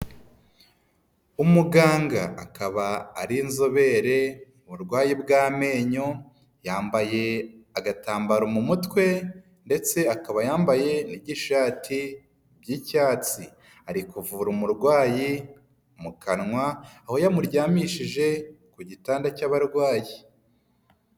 Umuganga akaba ari inzobere mu burwaye bw'amenyo, yambaye agatambaro mu mutwe ndetse akaba yambaye n'igishati by'icyatsi, ari kuvura umurwayi mu kanwa aho yamuryamishije ku gitanda cy'abarwayi.